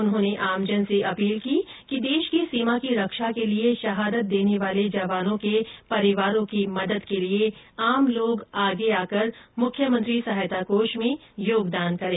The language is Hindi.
उन्होंने आमजन से अपील की कि देश की सीमा की रक्षा के लिए शहादत देने वाले जवानों के परिवारों की मदद के लिए आम लोग आगे आकर मुख्यमंत्री सहायता कोष में योगदान करें